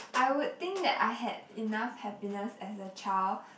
I would think that I had enough happiness as a child